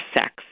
sex